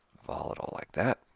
volatile like that.